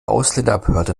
ausländerbehörde